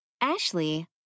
Ashley